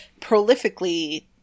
prolifically